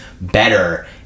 better